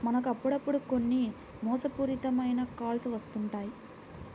మనకు అప్పుడప్పుడు కొన్ని మోసపూరిత మైన కాల్స్ వస్తుంటాయి